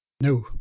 No